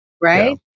right